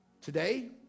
Today